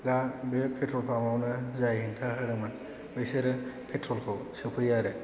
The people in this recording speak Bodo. दा बे पेट्रल पाम्प आवनो जाय हेंथा होदोंमोन बैसोरो पेट्रलखौ सोफैयो आरो